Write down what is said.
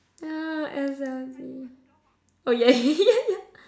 yeah S_L_C oh yeah yeah yeah